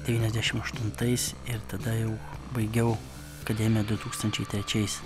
devyniasdešimt aštuntais ir tada jau baigiau akademiją du tūkstančiai trečiaisiaisiais